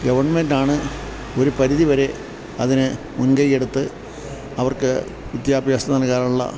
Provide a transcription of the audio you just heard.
ഗെവൺമെൻറ്റാണ് ഒരു പരിധി വരെ അതിന് മുൻകൈയെടുത്ത് അവർക്ക് വിദ്യാഭ്യാസം നൽകാനുള്ള